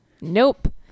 Nope